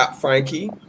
Frankie